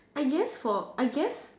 I guess for I guess